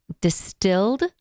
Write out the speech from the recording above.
distilled